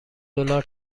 دلار